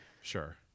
Sure